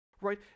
right